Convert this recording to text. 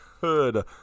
Good